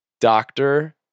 Doctor